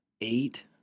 eight